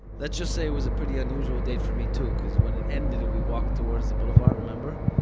let's just say it was pretty unusual date for me too. cuz' when it ended we walked towards the boulevard, remember?